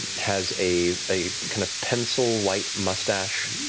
has a a kind of pencil-white mustache,